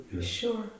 sure